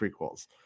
prequels